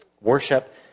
worship